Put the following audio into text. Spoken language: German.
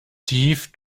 tief